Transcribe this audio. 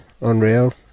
unreal